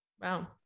Wow